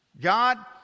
God